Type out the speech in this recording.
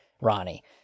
Ronnie